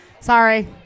Sorry